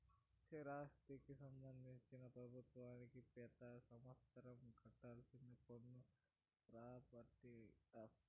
స్థిరాస్తికి సంబంధించి ప్రభుత్వానికి పెతి సంవత్సరం కట్టాల్సిన పన్ను ప్రాపర్టీ టాక్స్